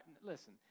listen